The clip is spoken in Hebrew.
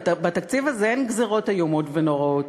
בתקציב הזה אין גזירות איומות ונוראות,